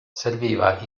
serviva